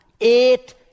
Eight